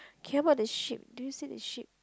K how about the sheep do you see the sheep